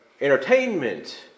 entertainment